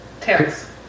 Tails